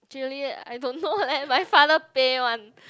actually I don't know leh my father pay one